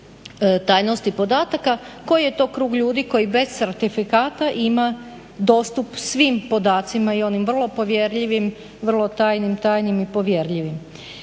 tajnosti podataka koji je to krug ljudi koji bez certifikata ima dostup svim podacima i onim vrlo povjerljivim, vrlo tajnim, tajnim i povjerljivim.